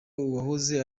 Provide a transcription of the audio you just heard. uwahoze